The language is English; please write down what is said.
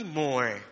more